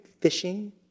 fishing